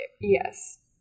yes